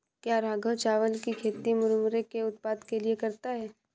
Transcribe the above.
क्या राघव चावल की खेती मुरमुरे के उत्पाद के लिए करता है?